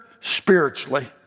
spiritually